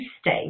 state